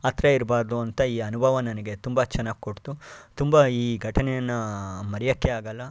ಹತ್ತಿರ ಇರಬಾರ್ದು ಅಂತ ಈ ಅನುಭವ ನನಗೆ ತುಂಬ ಚೆನ್ನಾಗಿ ಕೊಡ್ತು ತುಂಬ ಈ ಘಟನೆಯನ್ನು ಮರೆಯೋಕ್ಕೆ ಆಗಲ್ಲ